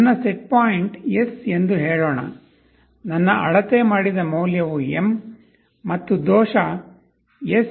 ನನ್ನ set point S ಎಂದು ಹೇಳೋಣ ನನ್ನ ಅಳತೆ ಮಾಡಿದ ಮೌಲ್ಯವು M ಮತ್ತು ದೋಷ S M ಎಂದು ಹೇಳೋಣ